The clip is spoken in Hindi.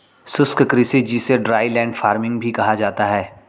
शुष्क कृषि जिसे ड्राईलैंड फार्मिंग भी कहा जाता है